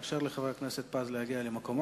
ההצעה להעביר את הצעת חוק לשכת עורכי-הדין